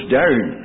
down